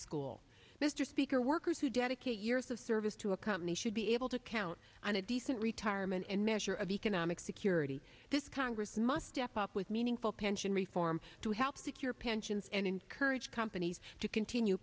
school mr speaker workers who dedicate years of service to a company should be able to count on a decent retirement and measure of economic security this congress must step up with meaningful pension reform to help secure pensions and encourage companies to continue